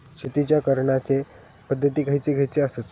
शेतीच्या करण्याचे पध्दती खैचे खैचे आसत?